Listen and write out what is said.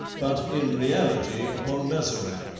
but in reality upon mazarin.